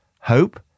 Hope